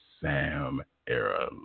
Sam-era